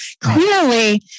Clearly